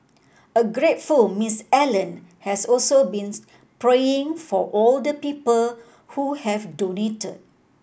a grateful Miss Allen has also been praying for all the people who have donated